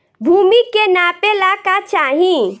भूमि के नापेला का चाही?